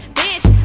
bitch